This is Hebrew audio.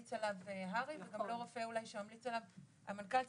שממליץ עליו הר"י וגם לא רופא אולי שממליץ עליו המנכ"ל.